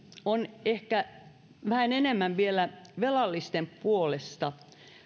on ehkä vähän enemmän vielä velallisten puolesta